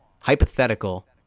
hypothetical